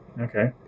Okay